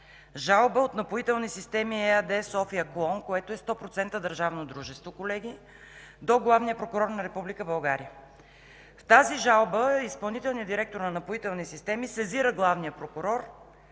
жалба от „Напоителни системи” ЕАД – София клон, което е 100% държавно дружество, колеги, до главния прокурор на Република България. В тази жалба изпълнителният директор на „Напоителни системи“ сезира главния прокурор